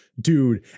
dude